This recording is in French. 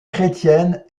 chrétienne